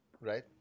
Right